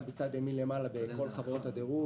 בצד ימין למעלה בין כל חברות הדירוג,